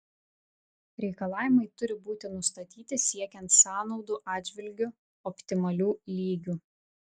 reikalavimai turi būti nustatyti siekiant sąnaudų atžvilgiu optimalių lygių